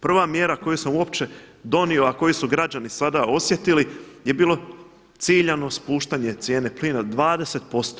Prva mjera koju sam uopće donio, a koju su građani sada osjetili je bilo ciljano spuštanje cijene plina 20%